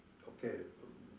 okay